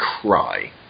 cry